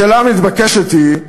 השאלה המתבקשת היא,